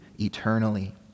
eternally